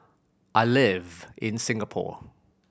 I live in Singapore